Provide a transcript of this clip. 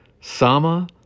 Sama